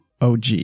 OG